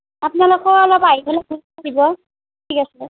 আপনালোকেও অলপ আহি পেলাই বুজাই দিব ঠিক আছে